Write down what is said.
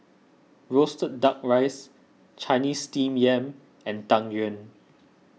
Roasted Duck Rice Chinese Steamed Yam and Tang Yuen